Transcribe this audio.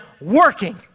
working